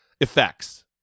effects